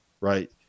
right